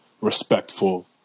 respectful